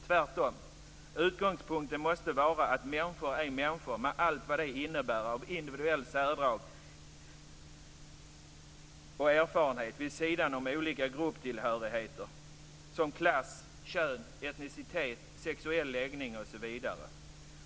Tvärtom måste utgångspunkten vara att människor är människor med allt vad det innebär av individuella särdrag och erfarenhet vid sidan av olika grupptillhörigheter som klass, kön, etnicitet, sexuell läggning osv.